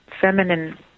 feminine